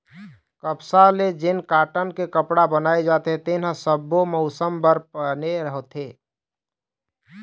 कपसा ले जेन कॉटन के कपड़ा बनाए जाथे तेन ह सब्बो मउसम बर बने होथे